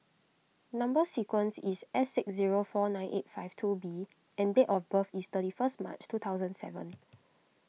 Number Sequence is S six zero four nine eight five two B and date of birth is thirty first March two thousand and seven